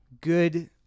good